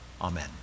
Amen